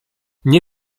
nie